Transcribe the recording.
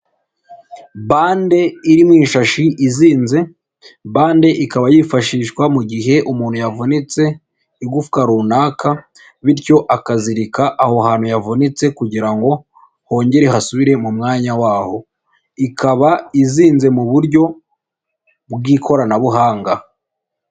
Bande iri mu ishashi izinze, bande ikaba yifashishwa mu gihe umuntu yavunitse igufwa runaka, bityo akazirika aho hantu havunitse kugira ngo hongere hasubire mu mwanya waho. Ikaba izinze mu buryo bw'ikoranabuhanga.